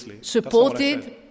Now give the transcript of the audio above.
supported